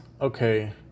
Okay